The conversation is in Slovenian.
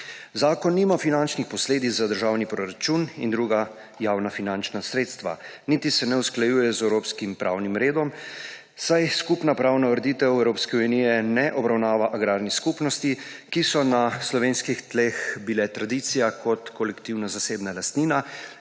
Zakon nima finančnih posledic za državni proračun in druga javnofinančna sredstva, niti se ne usklajuje z evropskim pravnim redom, saj skupna pravna ureditev Evropske unije ne obravnava agrarnih skupnosti, ki so bile na slovenskih tleh tradicija kot kolektivna zasebna lastnina,